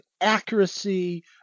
accuracy